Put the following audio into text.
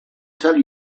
tell